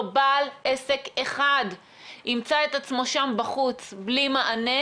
בעל עסק אחד ימצא את עצמו שם בחוץ בלי מענה,